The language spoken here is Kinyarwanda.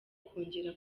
kongera